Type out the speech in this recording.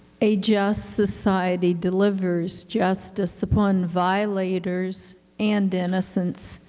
a just society delivers justice upon violators and innocents,